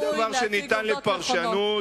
מן הראוי להציג עובדות נכונות.